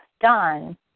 done